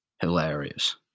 hilarious